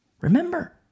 Remember